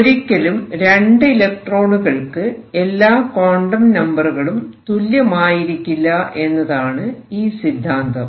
ഒരിക്കലും 2 ഇലക്ട്രോണുകൾക്ക് എല്ലാ ക്വാണ്ടം നമ്പറുകളും തുല്യമായിരിക്കില്ല എന്നതാണ് ഈ സിദ്ധാന്തം